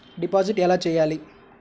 Deposit ఎలా చెయ్యాలి?